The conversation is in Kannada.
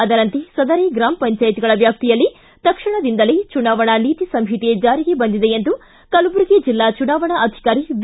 ಅದರಂತೆ ಸದರಿ ಗ್ರಮ ಪಂಚಾಯತ್ಗಳ ವ್ಯಾಪ್ತಿಯಲ್ಲಿ ತಕ್ಷಣದಿಂದಲೇ ಚುನಾವಣಾ ನೀತಿ ಸಂಹಿತೆ ಜಾರಿಗೆ ಬಂದಿದೆ ಎಂದು ಕಲಬುರಗಿ ಜೆಲ್ಲಾ ಚುನಾವಣಾ ಅಧಿಕಾರಿ ವಿ